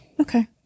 Okay